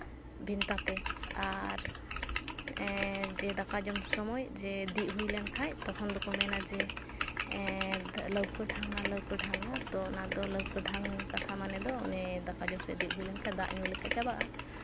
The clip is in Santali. ᱵᱷᱮᱱᱛᱟ ᱛᱮ ᱟᱨ ᱡᱮ ᱫᱟᱠᱟ ᱡᱚᱢ ᱥᱚᱢᱚᱭ ᱡᱮ ᱫᱤᱡ ᱦᱩᱭ ᱞᱮᱱᱠᱷᱟᱱ ᱛᱚᱠᱷᱚᱱ ᱫᱚᱠᱚ ᱢᱮᱱᱟ ᱡᱮ ᱞᱟᱹᱣᱠᱟᱹ ᱰᱷᱟᱝᱱᱟ ᱞᱟᱹᱣᱠᱟᱹ ᱰᱷᱟᱝᱱᱟ ᱛᱳ ᱚᱱᱟᱫᱚ ᱞᱟᱹᱣᱠᱟᱹ ᱰᱷᱟᱝ ᱠᱟᱛᱷᱟ ᱢᱟᱱᱮ ᱫᱚ ᱚᱱᱮ ᱫᱟᱠᱟ ᱡᱚᱢ ᱥᱚᱢᱚᱭ ᱫᱤᱡ ᱦᱩᱭ ᱞᱮᱱᱠᱷᱟᱱ ᱫᱟᱜ ᱧᱩ ᱞᱮᱠᱷᱟᱱ ᱪᱟᱵᱟᱜᱼᱟ